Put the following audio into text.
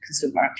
consumer